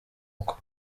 uko